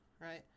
Right